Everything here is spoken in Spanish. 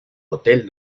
hotel